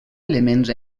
elements